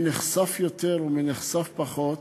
מי נחשף יותר ומי נחשף פחות,